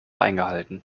eingehalten